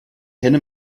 henne